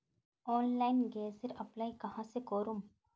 Online गैसेर apply कहाँ से करूम?